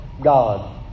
God